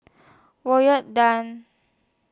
Tan